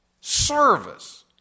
Service